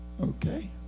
okay